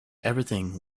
everything